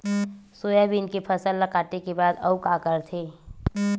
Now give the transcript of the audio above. Soybean के फसल ल काटे के बाद आऊ का करथे?